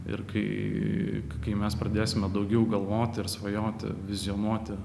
ir kai kai mes pradėsime daugiau galvoti ir svajoti žiemoti